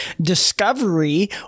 Discovery